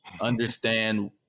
understand